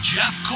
Jeff